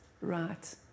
Right